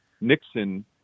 Nixon